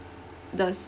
the